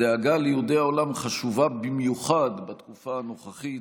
הדאגה ליהודי העולם חשובה במיוחד בתקופה הנוכחית,